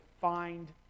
find